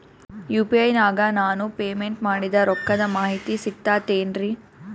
UPI ನಾಗ ನಾನು payment ಮಾಡಿದ ರೊಕ್ಕದ ಮಾಹಿತಿ ಸಿಕ್ತಾತೇನ್ರೀ?